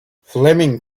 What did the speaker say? fleming